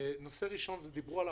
הנושא הראשון כבר דיברו עליו.